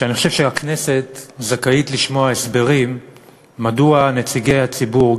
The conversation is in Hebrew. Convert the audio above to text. שאני חושב שהכנסת זכאית לשמוע הסברים מדוע נציגי הציבור,